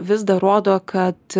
vis dar rodo kad